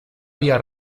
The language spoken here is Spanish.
vía